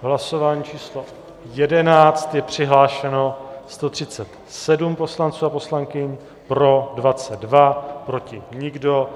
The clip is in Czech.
V hlasování číslo 11 je přihlášeno 137 poslanců a poslankyň, pro 22, proti nikdo.